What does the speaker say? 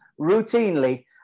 routinely